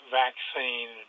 vaccine